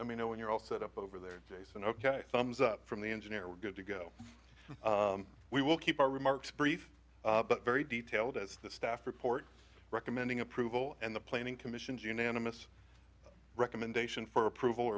let me know when you're all set up over there jason ok thumbs up from the engineer we're good to go we will keep our remarks brief but very detailed as the staff report recommending approval and the planning commission is unanimous recommendation for approval